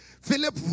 Philip